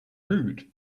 rude